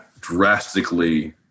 drastically